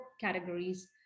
categories